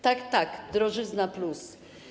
Tak, tak, drożyzna+.